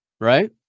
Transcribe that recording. right